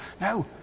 No